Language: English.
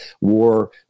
war